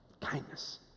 kindness